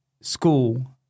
school